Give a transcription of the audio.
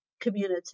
community